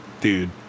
dude